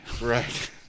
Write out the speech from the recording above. right